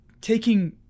taking